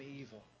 evil